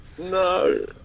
No